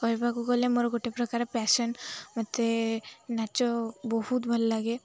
କହିବାକୁ ଗଲେ ମୋର ଗୋଟେ ପ୍ରକାର ପେସନ୍ ମୋତେ ନାଚ ବହୁତ ଭଲ ଲାଗେ